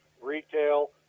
retail